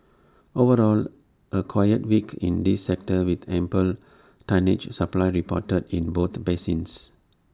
overall A quiet week in this sector with ample tonnage supply reported in both basins